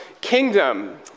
kingdom